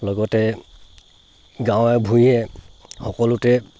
লগতে গাঁৱে ভূঞে সকলোতে